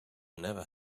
never